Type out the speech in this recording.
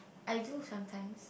I think sometimes